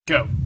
Go